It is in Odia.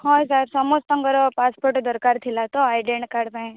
ହଁ ସାର୍ ସମସ୍ତଙ୍କର ପାସପୋର୍ଟ୍ ଦରକାର ଥିଲା ତ ଆଇଡ଼େଣ୍ଟି କାର୍ଡ଼୍ ପାଇଁ